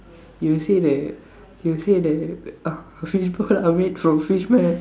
he'll say that he'll say that uh fishballs are made from fish meh